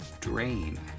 drain